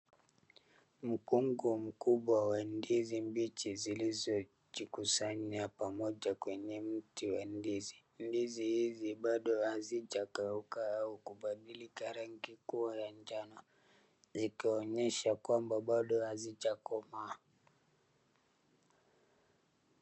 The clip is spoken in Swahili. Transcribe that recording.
Mkongo mkubwa wa ndizi mbichi zilizojikusanya pamoja kwenye mti wa ndizi ndizi hizi bado hazijageuka au kubadilika rangi kuwa ya njano zikionyesha kwamba bado hazijakomaa.